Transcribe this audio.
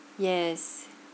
yes